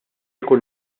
inkun